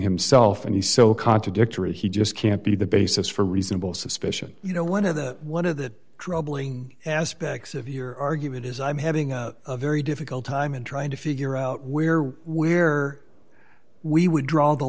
himself and he's so contradictory he just can't be the basis for reasonable suspicion you know one of the one of the troubling aspects of your argument is i'm having a very difficult time in trying to figure out where where we would draw the